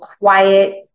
quiet